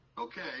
Okay